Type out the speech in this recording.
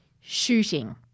shooting